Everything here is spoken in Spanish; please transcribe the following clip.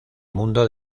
mundo